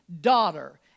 daughter